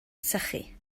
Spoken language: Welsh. sychu